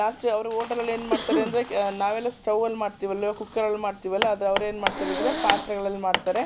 last ಅವರು ಹೋಟಲಲ್ಲಿ ಏನು ಮಾಡ್ತಾರೆ ಅಂದರೆ ಕೆ ನಾವೆಲ್ಲ ಸ್ಟವ್ವಲ್ಲಿ ಮಾಡ್ತೀವಲ್ಲೋ ಕುಕ್ಕರಲ್ಲಿ ಮಾಡ್ತೀವಿ ಅಲ್ಲ ಆದರೆ ಅವ್ರು ಏನು ಮಾಡ್ತಾರೆ ಅಂದರೆ ಪಾತ್ರೆಗಳಲ್ಲಿ ಮಾಡ್ತಾರೆ